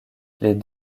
les